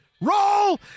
Roll